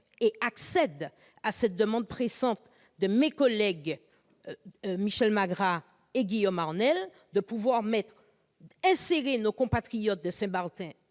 j'accède à la demande pressante de mes collègues Michel Magras et Guillaume Arnell d'insérer nos compatriotes de Saint-Barthélemy